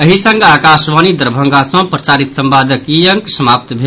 एहि संग आकाशवाणी दरभंगा सँ प्रसारित संवादक ई अंक समाप्त भेल